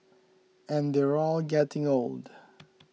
and they're all getting old